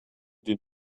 den